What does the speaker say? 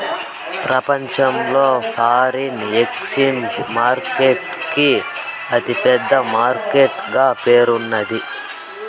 ప్రపంచంలో foreign exchange market కి అతి పెద్ద మార్కెట్ గా పేరున్నాది